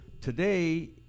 Today